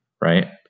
right